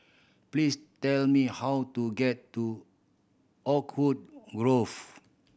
please tell me how to get to Oakwood Grove